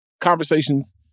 conversations